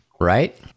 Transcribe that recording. Right